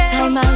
Time